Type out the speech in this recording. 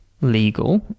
legal